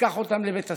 שייקח אותם לבית הספר.